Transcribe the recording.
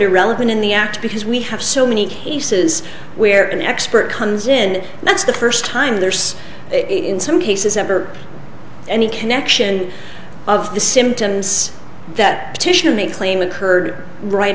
irrelevant in the act because we have so many cases where an expert hundred in that's the first time there's in some cases ever any connection of the symptoms that petitioner may claim occurred right